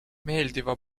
meeldiva